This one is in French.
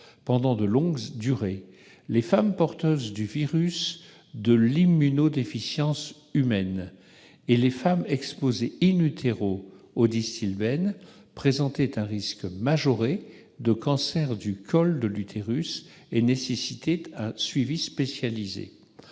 de longue durée, les femmes porteuses du virus de l'immunodéficience humaine et les femmes exposées au Distilbène présentaient un risque majoré de cancer du col de l'utérus et exigeaient un suivi spécialisé.